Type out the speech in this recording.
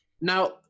Now